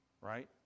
right